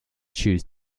chose